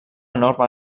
enorme